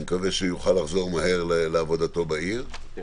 אני מקווה שהוא יוכל לחזור מהר לעבודתו בעיר.